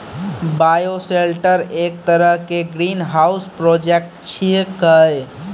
bioshelter एक तरह के ग्रीनहाउस प्रोजेक्ट छेकै